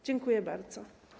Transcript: Dziękuję bardzo.